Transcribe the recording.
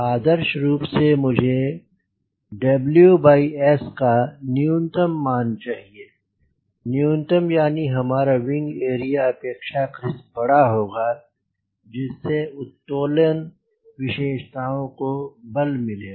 आदर्श रूप से मुझे W by S का न्यूनतम मान लेना चाहिए न्यूनतम यानी हमारा विंग एरिया अपेक्षाकृत बड़ा होगा जिससे उत्तोलन विशेषतायों को बल मिलेगा